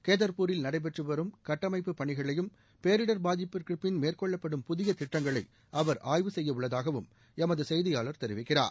கேதர்பூரில் நடைபெற்று வரும் கட்டமைப்பு பணிகளையும் பேரிடர் பாதிப்புக்கு பின் மேற்கொள்ளப்படும் புதிய திட்டங்களை அவர் ஆய்வு செய்ய உள்ளதாகவும் எமது செய்தியாளார் தெரிவிக்கிறாார்